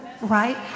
right